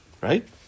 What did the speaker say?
Right